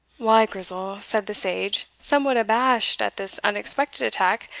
why, grizel, said the sage, somewhat abashed at this unexpected attack,